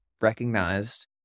recognized